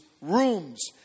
rooms